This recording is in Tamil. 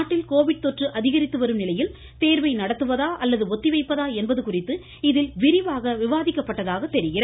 நாட்டில் கோவிட் தொற்று அதிகரித்து வரும் நிலையில் கேர்வை விரிவாக நடத்துவதா அல்லது ஒத்திவைப்பதா என்பது குறித்து இதில் விவாதிக்கப்பட்டதாக தெரிகிறது